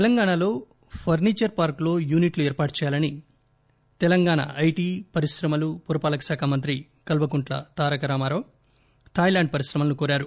తెలంగాణలో ఫర్సిచర్ పార్క్లో యూనిట్లు ఏర్పాటు చేయాలని తెలంగాణ ఐటీ పరిశ్రమలు పురపాలక శాఖామంత్రి కల్వకుంట్ల తారక రామారావు థాయ్లాండ్ పరిశ్రమలను కోరారు